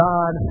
God